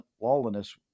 lawlessness